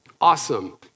Awesome